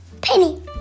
Penny